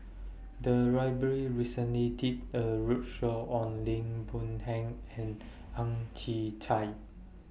The Library recently did A roadshow on Lim Boon Heng and Ang Chwee Chai